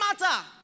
matter